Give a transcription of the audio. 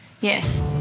Yes